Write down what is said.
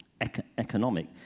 economic